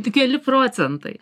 tik keli procentai